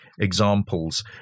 examples